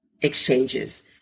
exchanges